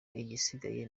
igisigaye